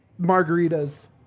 margaritas